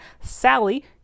Sally